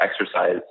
exercise